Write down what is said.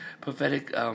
prophetic